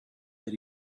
that